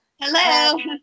Hello